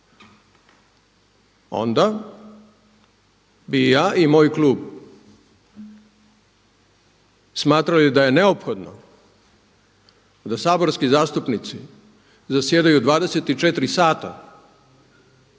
onda bi i ja i moj klub smatrali da je neophodno da saborski zastupnici zasjedaju 24h i da